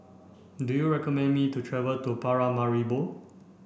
do you recommend me to travel to Paramaribo